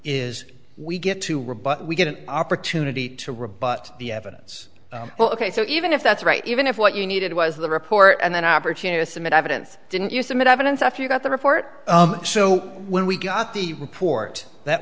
is we get to rebut we get an opportunity to rebut the evidence well ok so even if that's right even if what you needed was the report and then opportunity to submit evidence didn't you submit evidence after you got the report so when we got the report that